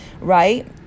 right